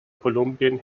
kolumbien